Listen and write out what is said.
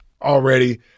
already